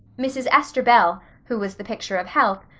mrs. esther bell, who was the picture of health,